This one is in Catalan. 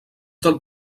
del